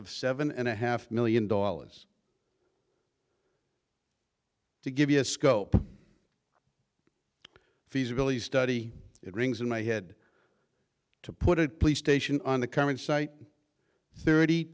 of seven and a half million dollars to give you a scope feasibility study it rings in my head to put it police station on the current site th